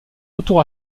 retour